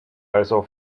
also